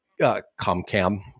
ComCam